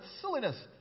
silliness